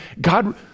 God